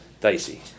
dicey